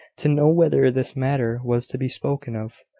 to know whether this matter was to be spoken of,